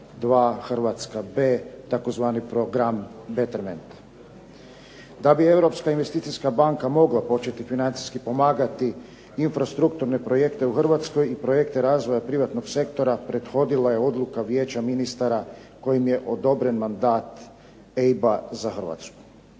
Da bi EIB mogla početi financijski pomagati infrastrukturne projekte u Hrvatskoj i projekte razvoja privatnog sektora prethodila je odluka Vijeća ministara kojim je odobren mandat EIB-a za Hrvatsku.